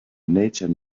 nature